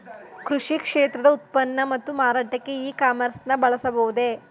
ಕೃಷಿ ಕ್ಷೇತ್ರದ ಉತ್ಪನ್ನ ಮತ್ತು ಮಾರಾಟಕ್ಕೆ ಇ ಕಾಮರ್ಸ್ ನ ಬಳಸಬಹುದೇ?